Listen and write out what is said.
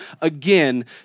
again